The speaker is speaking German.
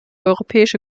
europäische